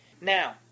Now